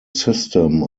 system